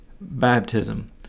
baptism